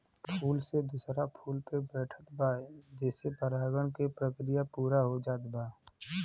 फूल से दूसरा फूल पे बैठत बा जेसे परागण के प्रक्रिया पूरा हो जात बा